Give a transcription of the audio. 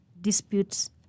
disputes